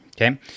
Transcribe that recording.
okay